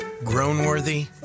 Grown-worthy